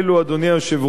אדוני היושב-ראש,